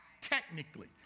Technically